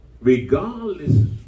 regardless